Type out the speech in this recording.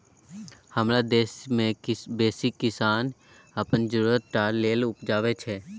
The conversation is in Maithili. हमरा देश मे बेसी किसान अपन जरुरत टा लेल उपजाबै छै